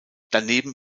daneben